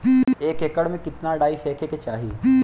एक एकड़ में कितना डाई फेके के चाही?